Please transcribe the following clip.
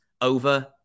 over